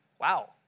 Wow